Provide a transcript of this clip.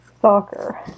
Soccer